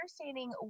understanding